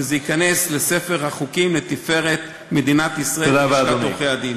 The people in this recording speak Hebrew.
וזה ייכנס לספר החוקים לתפארת מדינת ישראל ולשכת עורכי-הדין.